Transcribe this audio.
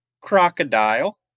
Crocodile